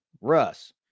Russ